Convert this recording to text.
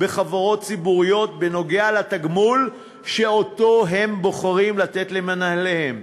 בחברות ציבוריות בכל הקשור לתגמול שהם בוחרים לתת למנהליהן.